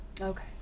Okay